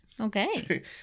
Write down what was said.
okay